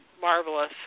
marvelous